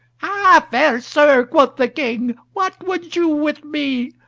ha! fair sir, quoth the king, what would you with me?